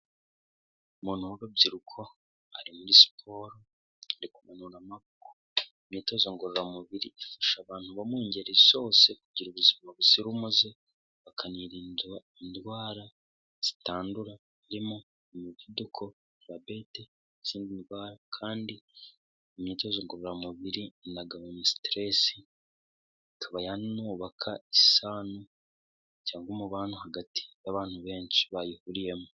Umuntu w'urubyiruko ari muri siporo, ari kunanura amaboko, kuko imyitozo ngororamubiri ifasha abantu bo mu ngeri zose kugira ubuzima buzira umuze, bakanirinda indwara zitandura zirimo umuvuduko, diyabete, n'izindi ndwara kandi imyitozo ngororamubiri inagabanya stress, ikaba yanubaka isano cyangwa umubano hagati y'abantu benshi bayihuriyemo.